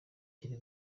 kiri